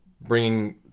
Bringing